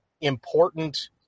important